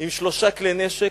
עם שלושה כלי-נשק